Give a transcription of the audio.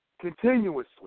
continuously